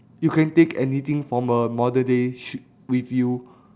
you can take anything from a modern day tri~ with you